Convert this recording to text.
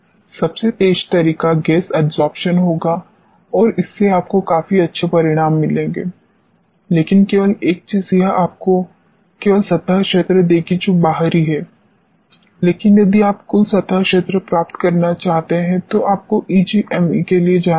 सबसे तेज़ तरीका गैस एडसोर्प्शन होगा और इससे आपको काफी अच्छे परिणाम मिलेंगे लेकिन केवल एक चीज यह आपको केवल सतह क्षेत्र देगी जो बाहरी है लेकिन यदि आप कुल सतह क्षेत्र प्राप्त करना चाहते हैं तो आपको ईजीएमई के लिए जाना होगा